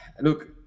look